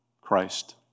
Christ